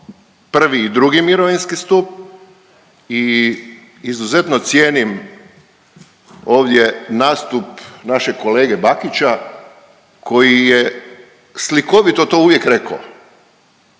prvi i drugi mirovinski stup i izuzetno cijenim ovdje nastup našeg kolege Bakića koji je slikovito to uvijek rekao